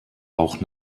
auch